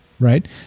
Right